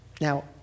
Now